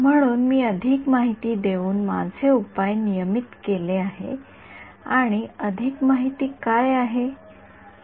म्हणून मी अधिक माहिती देऊन माझे उपाय नियमित केले आहे आणि अधिक माहिती काय आहे